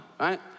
right